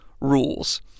rules